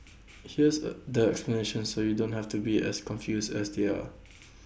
here's A the explanation so you don't have to be as confused as they are